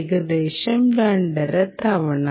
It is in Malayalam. ഏകദേശം രണ്ടര തവണ